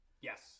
Yes